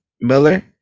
Miller